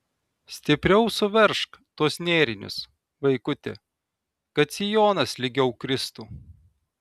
stipriau suveržk tuos nėrinius vaikuti kad sijonas lygiau kristų